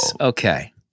Okay